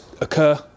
occur